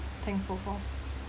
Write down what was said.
thankful for